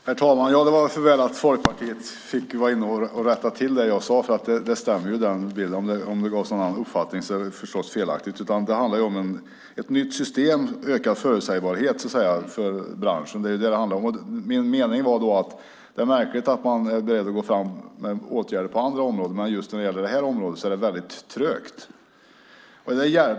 Herr talman! Det var då för väl att Folkpartiet kunde rätta till det jag sade; den bilden stämmer. Om det jag sade uppfattades som någonting annat var det förstås fel. Det handlar om ett nytt system, ökad förutsägbarhet för branschen. Det jag avsåg var att det är märkligt att man är beredd att gå fram med åtgärder på andra områden, men just på detta område är det väldigt trögt.